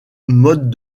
modes